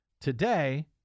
Today